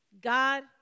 God